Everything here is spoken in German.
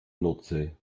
nordsee